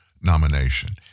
nomination